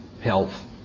health